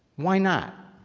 why not?